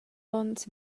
onns